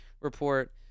report